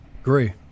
Agree